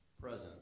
present